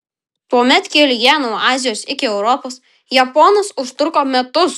tuomet kelyje nuo azijos iki europos japonas užtruko metus